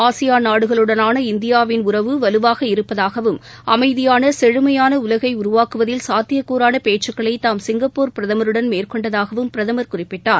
ASEAN நாடுகளுடனான இந்தியாவின் உறவு வலுவாக இருப்பதாகவும் அமைதியான செழுமையான உலகை உருவாக்குவதில் சாத்தியக் கூறான பேச்சுக்களை தாம் சிங்கப்பூர் பிரதமருடன் மேற்கொண்டதாகவும் பிரதமர் குறிப்பிட்டார்